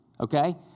Okay